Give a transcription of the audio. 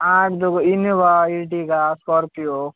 आठ जो Innova Ertiga Scorpio